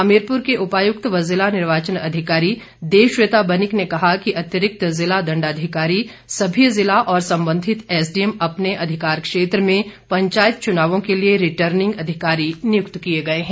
हमीरपुर के उपायुक्त व जिला निर्वाचन अधिकारी देवश्वेता बनिक ने कहा कि अतिरिक्त जिला दण्डाधिकारी सभी जिला और संबंधित एसडी एम अपने अधिकार क्षेत्र में पंचायत चुनावों के लिए रिटर्निंग अधिकारी नियुक्त किए गए हैं